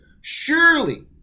surely